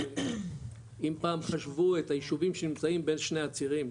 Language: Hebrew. אם פעם חשבו את היישובים שנמצאים בין שני הצירים,